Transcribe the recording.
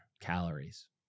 calories